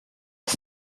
his